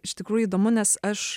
iš tikrųjų įdomu nes aš